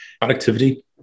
productivity